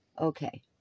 Okay